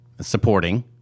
supporting